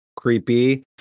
Creepy